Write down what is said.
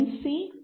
C D